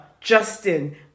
Justin